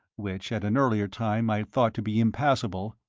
which at an earlier time i had thought to be impassable,